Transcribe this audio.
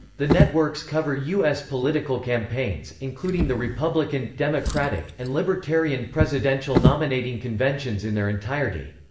the networks cover u s. political campaigns, including the republican, democratic, and libertarian presidential nominating conventions in their entirety.